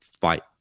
fight